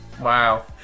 Wow